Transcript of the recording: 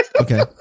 Okay